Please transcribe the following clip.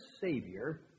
Savior